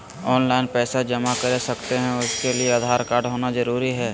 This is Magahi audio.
ऑनलाइन पैसा जमा कर सकते हैं उसके लिए आधार कार्ड होना जरूरी है?